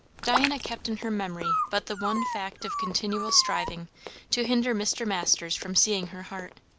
diana kept in her memory but the one fact of continual striving to hinder mr. masters from seeing her heart.